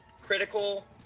Critical